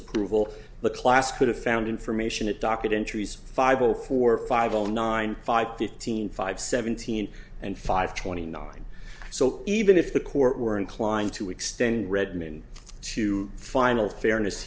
approval the class could have found information at docket entries five zero four five zero nine five fifteen five seventeen and five twenty nine so even if the court were inclined to extend redmon to final fairness